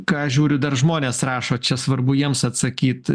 ką žiūriu dar žmonės rašo čia svarbu jiems atsakyt